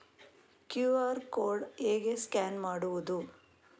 QR code ಹೇಗೆ scan ಮಾಡುವುದು?